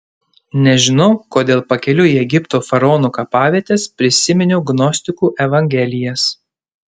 nežinau kodėl pakeliui į egipto faraonų kapavietes prisiminiau gnostikų evangelijas